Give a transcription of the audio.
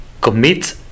commit